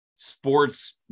sports